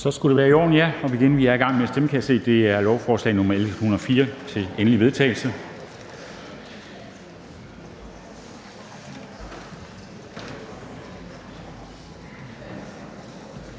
Så skulle det være i orden. Og vi er i gang med at stemme om lovforslag nr. L 104 til endelig vedtagelse.